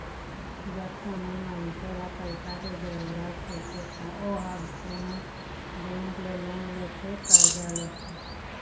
जब कोनो मनखे ल पइसा के जरुरत होथे त ओहा कोनो बेंक ले लोन लेथे करजा लेथे